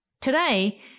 Today